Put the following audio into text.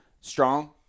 strong